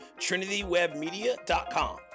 trinitywebmedia.com